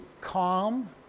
calm